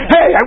Hey